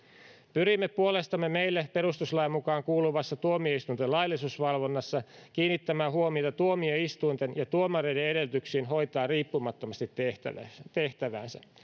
pyrimme puolestamme meille perustuslain mukaan kuuluvassa tuomioistuinten laillisuusvalvonnassa kiinnittämään huomiota tuomioistuinten ja tuomareiden edellytyksiin hoitaa riippumattomasti tehtäväänsä tehtäväänsä